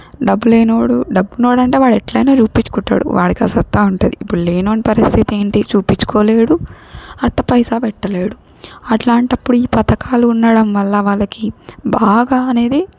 డబ్బులేని వాడు డబ్బున్న వాడంటే వాడు ఎట్లయినా చూపించుకుంటాడు వాడికా సత్తా ఉంటుంది ఇప్పుడు లేనీవాడి పరిస్థితేంటి చూయించుకోలేడు అట్ట పైసా పెట్టలేడు అట్లాంటప్పుడు ఈ పథకాలు ఉండడం వల్ల వాళ్ళకి బాగా అనేది